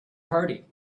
party